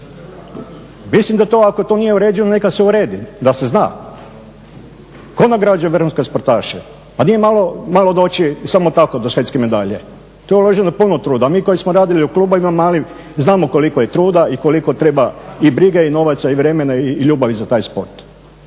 Mislim da to ako to nije uređeno, neka se uredi da se zna. Tko nagrađuje vrhunske športaše, pa nije malo doći samo tako do svjetske medalje. Tu je uloženo puno truda. Mi koji smo radili u klubovima malim znamo koliko je truda i koliko treba i brige i novaca i vremena i ljubavi za taj sport.